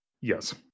Yes